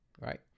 right